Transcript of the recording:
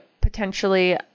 potentially